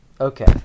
Okay